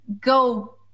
go